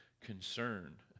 concern